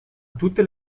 tutte